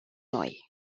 noi